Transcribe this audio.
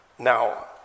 Now